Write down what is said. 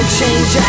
change